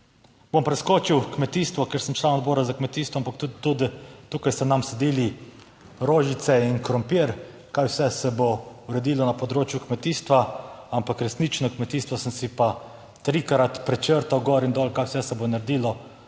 Bom preskočil kmetijstvo, ker sem član Odbora za kmetijstvo, ampak tudi tukaj ste nam sadili rožice in krompir, kaj vse se bo uredilo na področju kmetijstva, ampak resnično, kmetijstvo sem si pa trikrat prečrtal, gor in dol, kaj vse se bo naredilo,